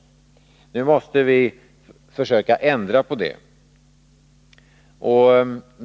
Nu måste vi försöka ändra på det.